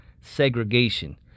segregation